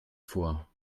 vor